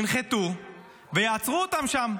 ינחתו ויעצרו אותם שם.